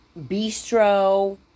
bistro